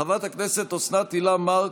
חברת הכנסת אוסנת הילה מארק,